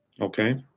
Okay